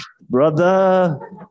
Brother